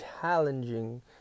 challenging